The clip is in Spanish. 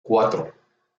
cuatro